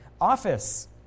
office